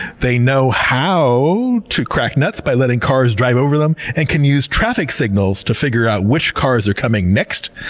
they know how to crack nuts by letting cars drive over them. and can use traffic signals to figure out which cars are coming next.